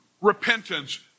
repentance